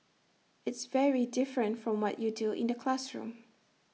it's very different from what you do in the classroom